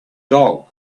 dog